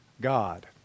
God